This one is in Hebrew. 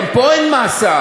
גם פה אין מאסר.